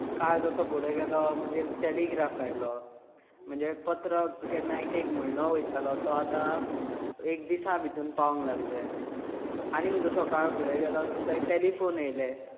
काळ जसो फुडें गेलो मागीर टेलेग्राफ आयलो म्हणजे पत्र केन्नाय एक एक म्हयनो वयतालो तो आतां एक दिसा भितर पावूंक लागल्या आनीक जसो काळ फुडें गेलो तसो टेलिफोन येयले